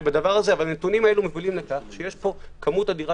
אבל הנתונים האלה מובילים לכך שיש פה כמות אדירה